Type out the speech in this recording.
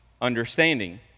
understanding